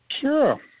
Sure